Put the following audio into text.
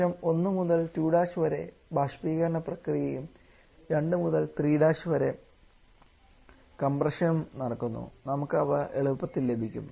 ശേഷം 1 മുതൽ 2' വരെ ബാഷ്പീകരണ പ്രക്രിയയും 2 മുതൽ 3' വരെ കംപ്രഷനും നടക്കുന്നു നമുക്ക് അവ എളുപ്പത്തിൽ ലഭിക്കും